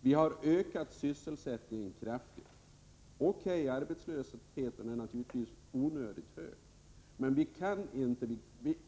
Vi har ökat sysselsättningen kraftigt, men arbetslösheten är naturligtvis onödigt hög.